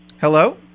hello